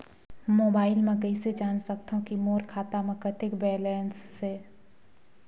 Mobile म कइसे जान सकथव कि मोर खाता म कतेक बैलेंस से?